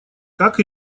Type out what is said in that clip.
как